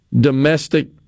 domestic